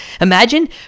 imagine